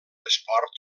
esport